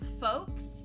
folks